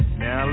now